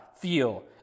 feel